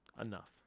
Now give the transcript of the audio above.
Enough